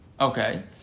Okay